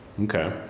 Okay